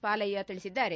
ಪಾಲಯ್ಯ ತಿಳಿಸಿದ್ದಾರೆ